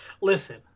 Listen